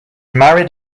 married